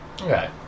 Okay